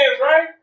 right